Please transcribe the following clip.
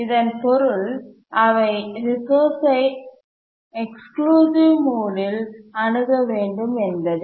இதன் பொருள் அவை ரிசோர்ஸ்ஐ எக்ஸ்க்ளூசிவ் மோடில் அணுக வேண்டும் என்பதே